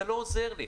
זה לא עוזר לי.